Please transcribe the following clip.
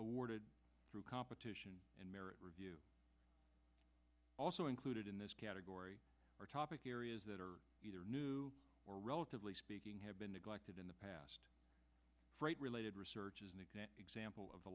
awarded through competition and merit review also included in this category or topic areas that are either new or relatively speaking have been neglected in the past freight related research is an example of